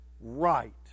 right